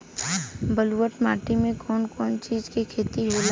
ब्लुअट माटी में कौन कौनचीज के खेती होला?